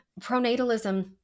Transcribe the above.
Pronatalism